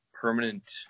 permanent